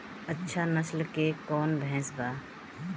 अच्छा नस्ल के कौन भैंस बा?